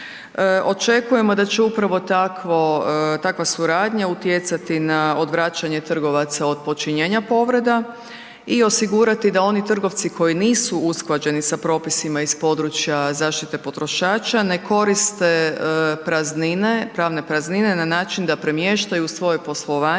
Očekujemo da će upravo takva suradnja utjecati na odvraćanje trgovaca od počinjenja povreda i osigurati da oni trgovci koji nisu usklađeni sa propisima iz područja zaštite potrošača ne koriste pravne praznine na način da premještaju svoje poslovanje